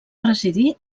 residir